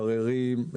מקררים,